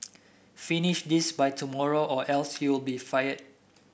finish this by tomorrow or else you'll be fired